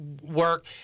Work